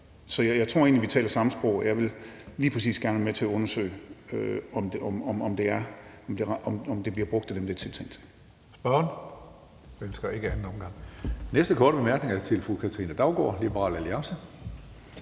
Så jeg tror egentlig, vi taler samme sprog, og jeg vil lige præcis gerne være med til at undersøge, om det bliver brugt til dem, det er tiltænkt.